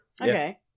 Okay